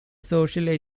socialist